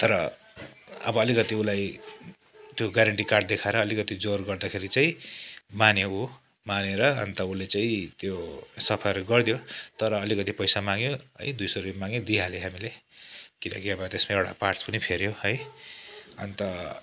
तर अब अलिकति उसलाई त्यो ग्यारान्टी कार्ड देखाएर अलिकति जोड गर्दाखेरि चाहिँ मान्यो ऊ मानेर अन्त उसले चाहिँ त्यो सफाहरू गरिदियो तर अलिकति पैसा माग्यो है दुई सौ रुपियाँ माग्यो दिइहाल्यौँ हामीले किनकि अब त्यसमा एउटा पार्ट्स पनि फेऱ्यो है अन्त